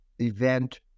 event